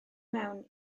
mewn